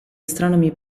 astronomi